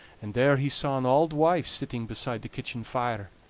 and there he saw an auld wife sitting beside the kitchen fire.